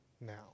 now